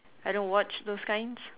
I don't watch those kinds